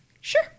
sure